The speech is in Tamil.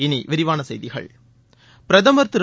இனி விரிவான செய்திகள் பிரதமர் திரு